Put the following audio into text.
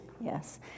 yes